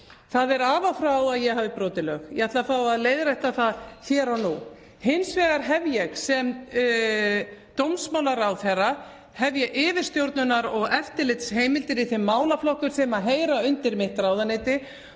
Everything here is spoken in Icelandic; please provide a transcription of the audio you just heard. Það er af og frá að ég hafi brotið lög. Ég ætla að fá að leiðrétta það hér og nú. Hins vegar hef ég sem dómsmálaráðherra yfirstjórnunar- og eftirlitsheimildir í þeim málaflokkum sem heyra undir mitt ráðuneyti